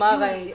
נגמר העניין